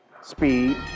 Speed